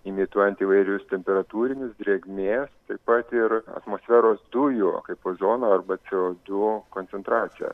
imituojant įvairius temperatūrinius drėgmės taip pat ir atmosferos dujų kaip ozono arba co du koncentraciją